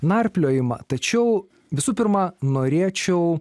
narpliojimą tačiau visų pirma norėčiau